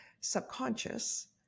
subconscious